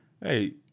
hey